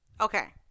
Okay